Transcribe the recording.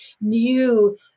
new